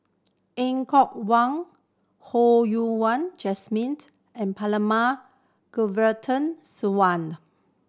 Er Kwong Wah Ho Yen Wah Jesmined and Perumal Govindaswamy